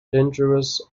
dangerous